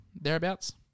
thereabouts